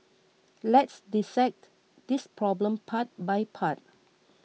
let's dissect this problem part by part